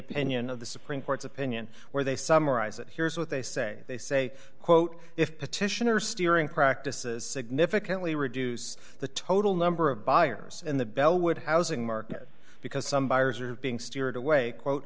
opinion of the supreme court's opinion where they summarize it here's what they say they say quote if petitioner steering practices significantly reduce the total number of buyers in the bellwood housing market because some buyers are being steered away quote